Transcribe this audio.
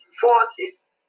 forces